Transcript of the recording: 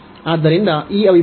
ಆದ್ದರಿಂದ ಈ ಅವಿಭಾಜ್ಯ